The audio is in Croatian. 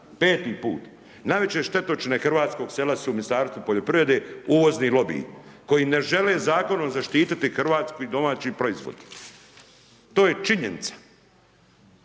5 put, najveće štetočine hrvatskog sela su Ministarstvo poljoprivrede, uvozni lobiji, koji ne žele zakonom zaštiti Hrvatsku i domaći proizvod, to je činjenica,